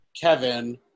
Kevin